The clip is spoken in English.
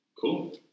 Cool